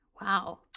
Wow